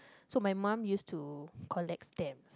so my mum use to collect stamps